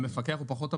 המפקח הוא פחות הבעיה.